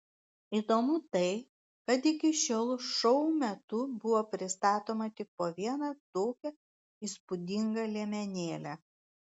įdomu tai kad iki šiol šou metu buvo pristatoma tik po vieną tokią įspūdingą liemenėlę